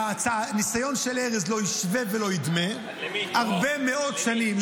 הניסיון של ארז לא ישווה ולא ידמה הרבה מאוד שנים.